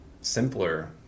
simpler